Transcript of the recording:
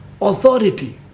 Authority